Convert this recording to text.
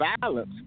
violence